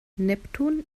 neptun